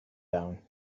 down